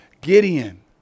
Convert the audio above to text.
Gideon